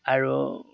আৰু